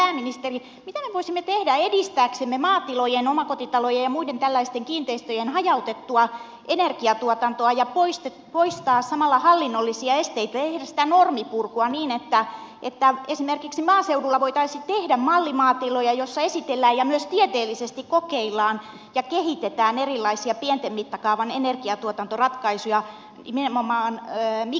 mitä me voisimme tehdä edistääksemme maatilojen omakotitalojen ja muiden tällaisten kiinteistöjen hajautettua energiatuotantoa ja poistaaksemme samalla hallinnollisia esteitä ja edistääksemme normipurkua niin että esimerkiksi maaseudulla voitaisiin tehdä mallimaatiloja joissa esitellään ja myös tieteellisesti kokeillaan ja kehitetään erilaisia pienen mittakaavan energiatuotantoratkaisuja nimenomaan mikrotasolle